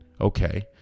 Okay